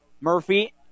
Murphy